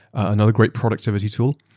another great productivity tool.